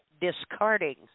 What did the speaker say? discarding